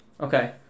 Okay